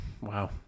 wow